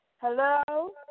Hello